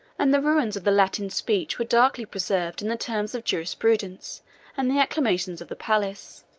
and the ruins of the latin speech were darkly preserved in the terms of jurisprudence and the acclamations of the palace.